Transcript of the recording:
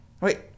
Wait